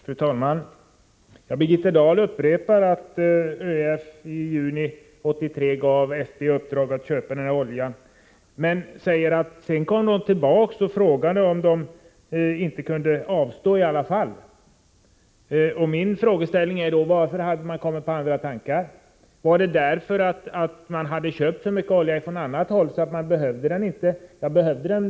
Fru talman! Birgitta Dahl upprepar att ÖEFi juni 1983 gav SP i uppdrag att köpa den här oljan, men säger att man sedan kom tillbaka och frågade om det inte var möjligt att avstå i alla fall. Min fråga är då: Varför hade man kommit på andra tankar? Var det därför att man köpt så mycket olja från annat håll att man inte behövde den.